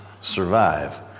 survive